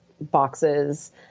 boxes